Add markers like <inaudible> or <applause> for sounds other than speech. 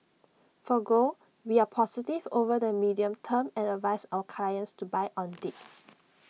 for gold we are positive over the medium term and advise our clients to buy on dips <noise>